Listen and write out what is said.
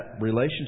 relationship